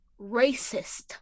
racist